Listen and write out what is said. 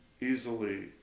easily